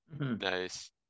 Nice